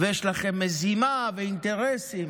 יש לכם מזימה ואינטרסים.